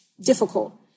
difficult